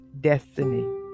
destiny